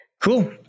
Cool